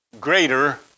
greater